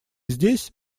здесь